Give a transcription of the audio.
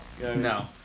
No